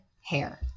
hair